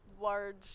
large